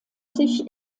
sich